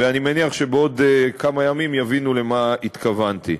ואני מניח שבעוד כמה ימים יבינו למה התכוונתי.